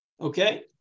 Okay